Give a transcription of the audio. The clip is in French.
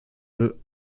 veut